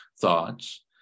thoughts